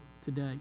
today